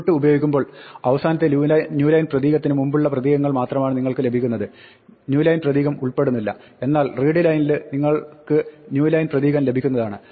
input ഉപയോഗിക്കുമ്പോൾ അവസാനത്തെ new line പ്രതീകത്തിന് മുമ്പുള്ള പ്രതീകങ്ങൾ മാത്രമാണ് നിങ്ങൾക്ക് ലഭിക്കുന്നത് ന്യൂ ലൈൻ പ്രതീകം ഉൾപ്പെടുന്നില്ല എന്നാൽ readline ൽ നിങ്ങൾക്ക് ന്യൂ ലൈൻ പ്രതീകം ലഭിക്കുന്നതാണ്